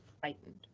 frightened